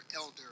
Elder